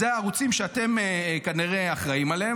אלה הערוצים שאתם כנראה אחראים עליהם,